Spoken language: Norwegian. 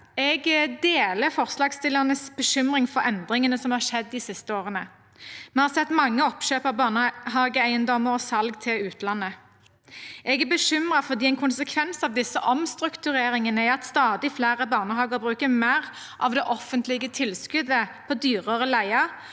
Jeg deler forslagsstillernes bekymring for endringene som har skjedd de siste årene. Vi har sett mange oppkjøp av barnehageeiendommer og salg til utlandet. Jeg er bekymret fordi en konsekvens av disse omstruktureringene er at stadig flere barnehager bruker mer av det offentlige tilskuddet på dyrere leie